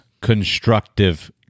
constructive